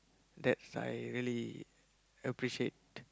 that I really appreciate